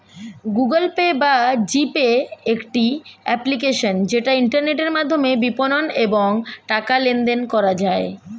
Google Pay বা G Pay একটি application যেটা ইন্টারনেটের মাধ্যমে বিপণন এবং টাকা লেনদেন করা যায়